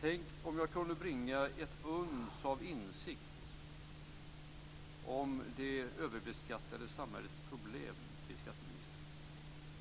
Tänk om jag kunde bringa ett uns av insikt om det överbeskattade samhällets problem till skatteministern!